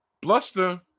Bluster